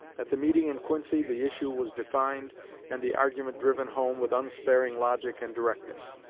at the meeting in quincy the issue was defined and the argument driven home with unsparing logic and directness.